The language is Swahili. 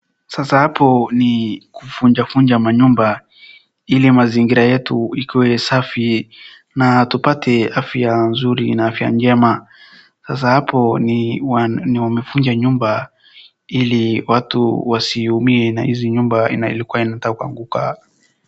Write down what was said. Sasa hapo ni kuvunjavunja manyumba ili mazingira yetu ikuwe safi na tupate afya nzuri na afya njema, sasa hapo ni wamevunja nyumba ili watu wasiuumie na hizi nyumba iikuwa inataka kuanguka.